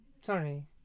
Sorry